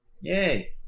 Yay